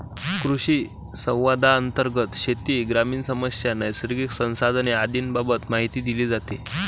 कृषिसंवादांतर्गत शेती, ग्रामीण समस्या, नैसर्गिक संसाधने आदींबाबत माहिती दिली जाते